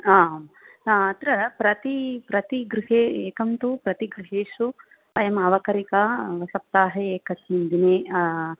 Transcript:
आम् अत्र प्रति प्रति गृहे एकं तु प्रति गृहेषु अयं अवकरीका सप्ताहे एकस्मिन् दिने